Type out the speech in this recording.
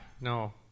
no